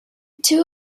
two